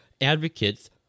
advocates